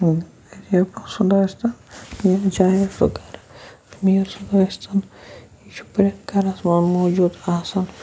غریٖب سُنٛد ٲسۍ تَن یا چاہے سُہ گَرٕ أمیٖر سُنٛد ٲسۍ تَن یہِ چھِ پرٛٮ۪تھ گَرَس منٛز موٗجوٗد آسان